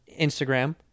Instagram